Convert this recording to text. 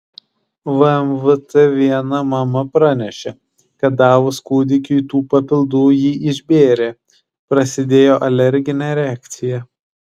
vmvt viena mama pranešė kad davus kūdikiui tų papildų jį išbėrė prasidėjo alerginė reakcija